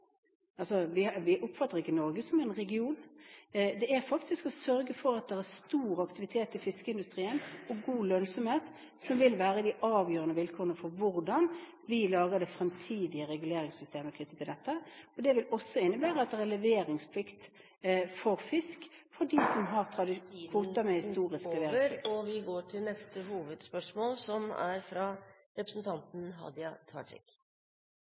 Vi oppfatter ikke Norge som en region. Det handler om å sørge for at det er stor aktivitet og god lønnsomhet i fiskeindustrien som vil være de avgjørende vilkårene for hvordan vi lager det fremtidige reguleringssystemet knyttet til dette. Det vil også innebære at det er leveringsplikt for fisk for de som historisk har hatt kvoter for levering. Vi går til neste hovedspørsmål. Nordmenn som dreg til Syria, viser kor viktig det er